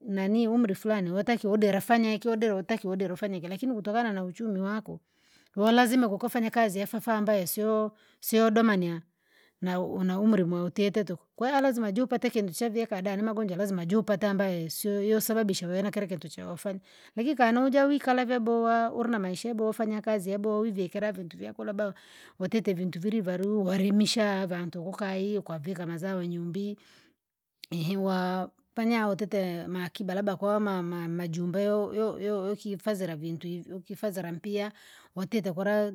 Nanii umri furani wotakiwa udire fanya udire utaki ufanye iki lakini kutokana na uchumi wako, wolazima kukafanya kazi yafafa ambayo sio- siio udomanya, nau- naumri mwe utite tuku, kwe alaziama jupate kintu chavia kada nimagonjwa lazima jupata ambayo sio yosababisha uwe na kila kintu cha ufanya, lakini kana uja wikala vyabowa ulinamaisha yabowa fanya kazi yabowa wivikira vintu vyako labda watite vintu vilivalu walimisha avantu kukayi ukwavika mazao nyumbi, inhiwa panya utite maakiba labda kwamama majumba yo- yo- yo- yokifizira vintu hivy ukifazira mpiah watite kura